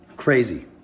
crazy